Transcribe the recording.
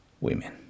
women